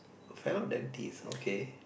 fellow dentist okay